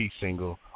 single